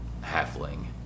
halfling